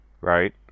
Right